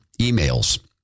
emails